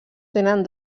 tenen